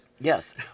Yes